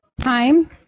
Time